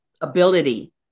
ability